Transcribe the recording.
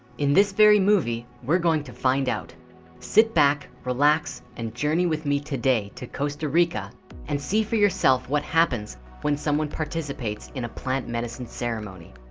in this very movie we're going to find out sit back relax and journey with me today to costa rica and see for yourself what happens when someone participates in a plant medicine ceremony?